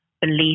believe